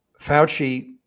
Fauci